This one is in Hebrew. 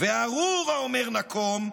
"וארור האומר: נקום"